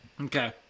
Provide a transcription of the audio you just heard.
Okay